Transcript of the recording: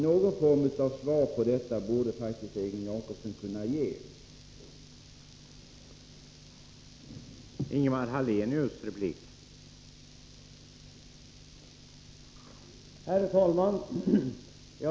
Någon form av svar borde faktiskt Egon Jacobsson kunna ge på den frågan.